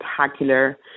spectacular